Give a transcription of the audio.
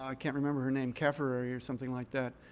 um can't remember her name, cafferary or something like that,